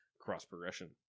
cross-progression